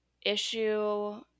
issue